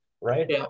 right